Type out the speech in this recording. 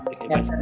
Okay